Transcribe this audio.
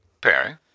Perry